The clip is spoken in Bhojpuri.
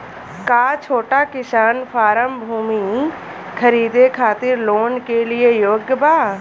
का छोटा किसान फारम भूमि खरीदे खातिर लोन के लिए योग्य बा?